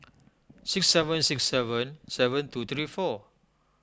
six seven six seven seven two three four